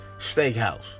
steakhouse